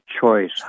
choice